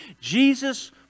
Jesus